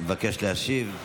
מבקש להשיב.